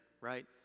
right